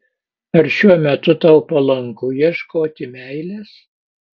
ar šiuo metu tau palanku ieškoti meilės